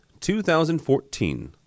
2014